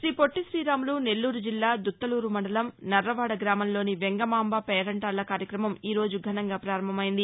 శ్రీ పొట్లి శ్రీరాములు నెల్లూరు జిల్లా దుత్తలూరు మండలం నారవాడ గ్రామంలోని వెంగమాంబ పేరంటాళ్ళ కార్యక్రమం ఈ రోజు ఘనంగా ప్రారంభమైంది